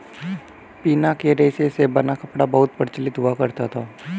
पिना के रेशे से बना कपड़ा बहुत प्रचलित हुआ करता था